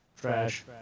Trash